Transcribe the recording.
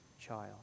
child